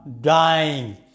dying